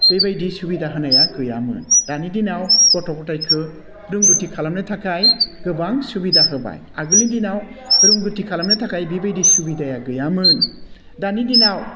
बेबायदि सुबिदा होनाया गैयामोन दानि दिनाव गथ' ग'थायखौ रोंगौथि खालामनो थाखाय गोबां सुबिदा होबाय आगोलनि दिनाव रोंगौथि खालामनो थाखाय बेबादि सुबिदाया गैयामोन दानि दिनाव